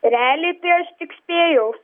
realiai tai aš tik spėjau